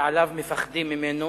שבעליו מפחדים ממנו